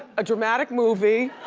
a dramatic movie,